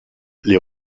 les